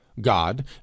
god